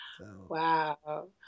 Wow